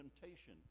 temptation